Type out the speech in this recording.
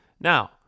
Now